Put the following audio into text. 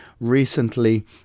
recently